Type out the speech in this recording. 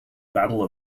battle